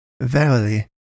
verily